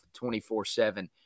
24-7